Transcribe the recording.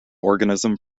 organism